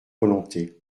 volontés